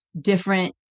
different